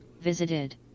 Visited